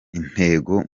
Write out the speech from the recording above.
intego